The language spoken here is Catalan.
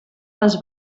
les